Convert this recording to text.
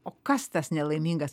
o kas tas nelaimingas